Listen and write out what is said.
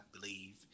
believe